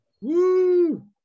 Woo